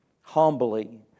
humbly